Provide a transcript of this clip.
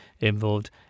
involved